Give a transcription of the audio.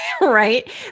Right